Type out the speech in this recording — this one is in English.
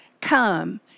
come